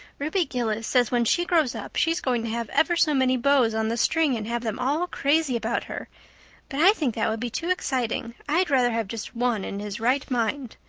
ruby gillis says when she grows up she's going to have ever so many beaus on the string and have them all crazy about her but i think that would be too exciting. i'd rather have just one in his right mind.